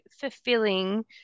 fulfilling